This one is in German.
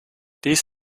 dies